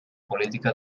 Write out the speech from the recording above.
política